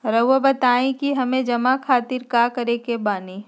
रहुआ बताइं कि हमें जमा खातिर का करे के बानी?